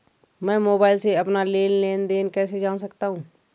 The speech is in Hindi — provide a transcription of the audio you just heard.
मैं मोबाइल से अपना लेन लेन देन कैसे जान सकता हूँ?